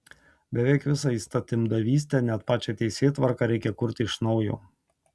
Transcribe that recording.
beveik visą įstatymdavystę net pačią teisėtvarką reikia kurti iš naujo